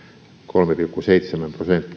kolme pilkku seitsemän